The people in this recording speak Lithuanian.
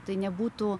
tai nebūtų